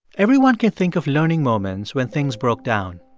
everyone can think of learning moments when things broke down.